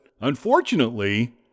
Unfortunately